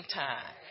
time